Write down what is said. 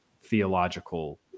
theological